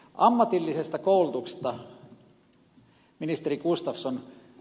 ammatillisesta koulutuksesta ministeri gustafsson